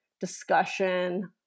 discussion